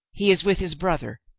he is with his brother.